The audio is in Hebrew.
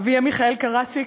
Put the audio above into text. אביה, מיכאל קרסיק,